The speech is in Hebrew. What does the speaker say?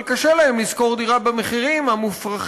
אבל קשה להם לשכור דירה במחירים המופרכים